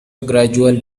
gradual